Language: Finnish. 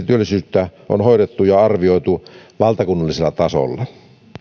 työllisyyttä on hoidettu ja arvioitu valtakunnallisella tasolla